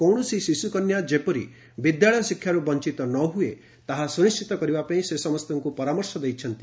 କୌଣସି ଶିଶୁକନ୍ୟା ଯେପରି ବିଦ୍ୟାଳୟ ଶିକ୍ଷାରୁ ବଞ୍ଚତ ନହୁଏ ତାହା ସୁନିଣ୍ଠିତ କରିବା ପାଇଁ ସେ ସମସ୍ତଙ୍କୁ ପରାମର୍ଶ ଦେଇଛନ୍ତି